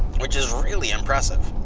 which is really impressive.